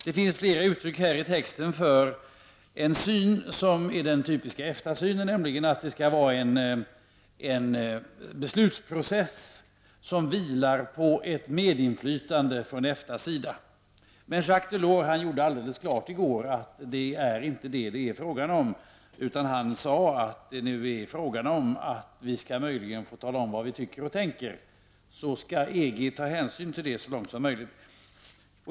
Det finns flera uttryck här i texten för en syn som är den typiska EFTA-synen, nämligen att beslutsprocessen skall vila på ett medinflytande från EFTA:s sida. I går gjorde Jacques Delors helt klart att det inte är fråga om detta. Han sade att det var fråga om att vi möjligen skall få tala om vad vi tycker och tänker, och sedan skall EG ta hänsyn till det så långt som möjligt.